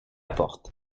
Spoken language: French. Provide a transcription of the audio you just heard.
porte